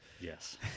Yes